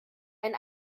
ein